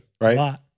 Right